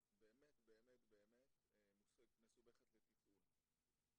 שבאמת ינוסח איזשהו סעיף בתקנות שצריך לקחת גם אותם לצד הורים גרושים,